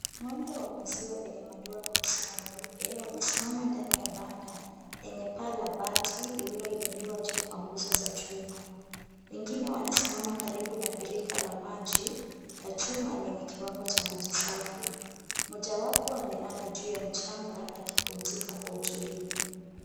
Ng'ombe wa maziwa wenye madoa meusi na meupe wamesimama ndani ya banda lenye paa la bati lililo inuliwa juu kwa nguzo za chuma. Wengine wanasimama karibu na birika la maji la chuma lenye kiwango cha maji safi. Mojawapo amelala juu ya mchanga akipumzika kwa utulivu.